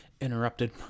interrupted